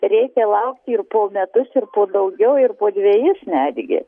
reikia laukti ir po metus ir po daugiau ir po dvejis netgi